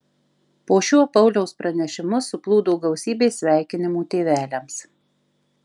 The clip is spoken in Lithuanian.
po šiuo pauliaus pranešimu suplūdo gausybė sveikinimų tėveliams